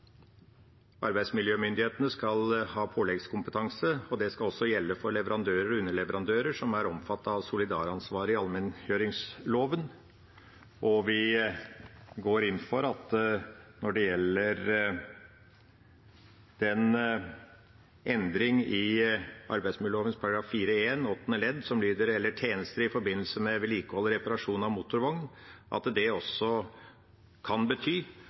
arbeidsmiljømyndighetene skal ha påleggskompetanse, og det skal også gjelde for leverandører og underleverandører som er omfattet av solidaransvaret i allmenngjøringsloven. Vi går også inn for at den endringen i arbeidsmiljøloven § 4-1 åttende ledd som lyder «eller tjenester i forbindelse med vedlikehold og reparasjon av motorvogn» også kan bety